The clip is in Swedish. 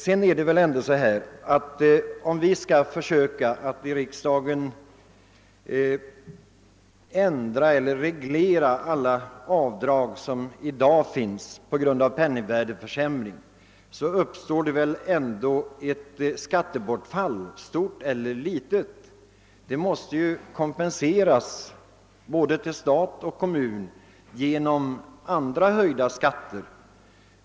Om vi vidare i riksdagen skulle söka reglera alla de nuvarande avdragen med hänsyn till penningvärdeförsämringen, skulle det uppstå ett större eller mindre skattebortfall. Detta måste ju både för stat och kommun kompenseras genom höjning av andra skatter.